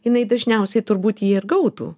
jinai dažniausiai turbūt jį ir gautų